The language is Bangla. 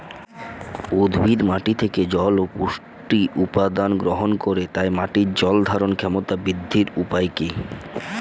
উদ্ভিদ মাটি থেকে জল ও পুষ্টি উপাদান গ্রহণ করে তাই মাটির জল ধারণ ক্ষমতার বৃদ্ধির উপায় কী?